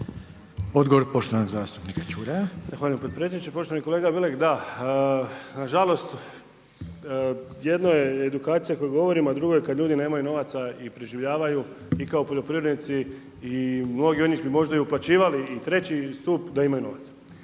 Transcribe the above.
Odgovor poštovanog zastupnika Čuraja. **Čuraj, Stjepan (HNS)** Zahvaljujem podpredsjedniče. Poštovani kolega Bilek, da, nažalost jedno je edukacija o kojoj govorimo, a drugo je kad ljudi nemaju novaca i preživljavaju i kao poljoprivrednici i mnogi oni bi možda i uplaćivali i III. stup i da imaju novaca.